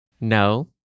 No